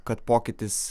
kad pokytis